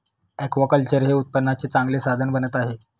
aquaculture हे उत्पन्नाचे चांगले साधन बनत आहे